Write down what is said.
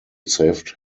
saved